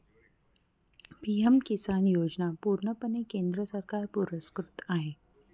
PM Kisan योजना पूर्णपणे केंद्र सरकार पुरस्कृत आहे